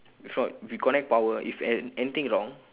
before we connect power if a~ anything wrong